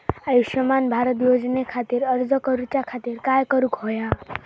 आयुष्यमान भारत योजने खातिर अर्ज करूच्या खातिर काय करुक होया?